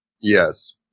Yes